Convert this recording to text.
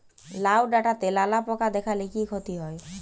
লাউ ডাটাতে লালা পোকা দেখালে কি ক্ষতি হয়?